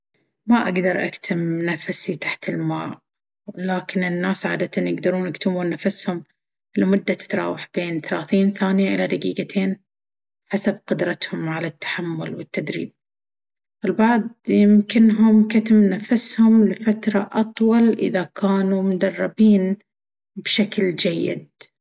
ما أقدر أكتم نفسي تحت الماء، لكن الناس عادةً يقدرون يكتمون نفسهم لمدة تتراوح بين ثلاثين ثانية إلى دقيقتين، حسب قدرتهم على التحمل والتدريب. البعض يمكنهم كتم نفسهم لفترة أطول إذا كانوا مدربين بشكل جيد.